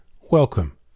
welcome